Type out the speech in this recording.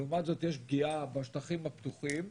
לעומת זאת, יש פגיעה בשטחים הפתוחים.